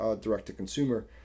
direct-to-consumer